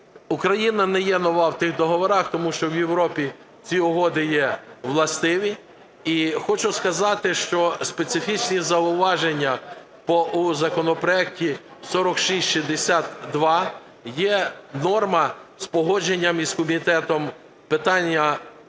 Україна не є нова в тих договорах, тому що в Європі ці угоди є властиві. І хочу сказати, що специфічним зауваженням у законопроекті 4662 є норма погодження із Комітетом питання